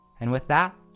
and with that,